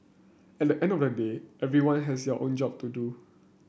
at the end of the day everyone has their own job to do